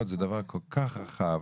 רשויות זה דבר כל כך רחב.